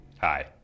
hi